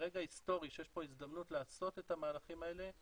ברגע היסטורי שיש כאן הזדמנות לעשות את המהלכים האלה,